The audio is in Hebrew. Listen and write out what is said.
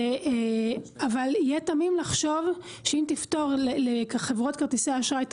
אבל יהיה תמים לחשוב שאם תפתור לחברות כרטיסי האשראי את